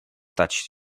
touched